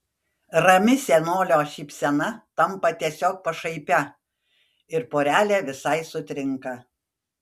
rami senolio šypsena tampa tiesiog pašaipia ir porelė visai sutrinka